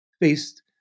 faced